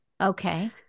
Okay